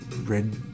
Red